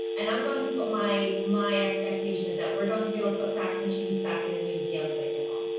and i'm going to put my my expectation is that we're going to be able to put fax machines back in a museum where they belong.